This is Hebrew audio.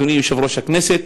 אדוני יושב-ראש הכנסת,